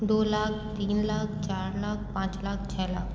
दो लाख तीन लाख चार लाख पाँच लाख छः लाख